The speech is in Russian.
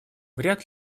вряд